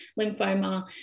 lymphoma